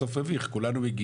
בסוף מביך כולנו,